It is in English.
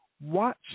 watch